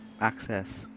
access